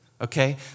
okay